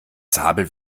zabel